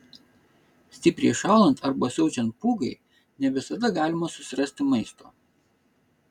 stipriai šąlant arba siaučiant pūgai ne visada galima susirasti maisto